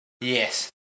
Yes